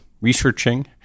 researching